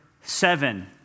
seven